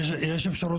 ויש אפשרות,